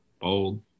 Bold